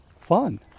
fun